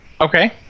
Okay